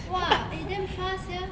!wah! eh damn far sia